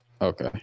Okay